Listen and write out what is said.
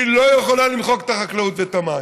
היא לא יכולה למחוק את החקלאות ואת המים.